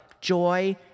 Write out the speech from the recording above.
joy